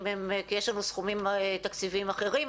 כי יש לנו סכומים תקציביים אחרים,